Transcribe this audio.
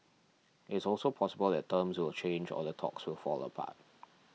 it's also possible that terms will change or the talks will fall apart